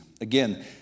Again